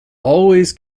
always